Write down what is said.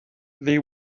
they